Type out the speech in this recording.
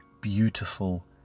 beautiful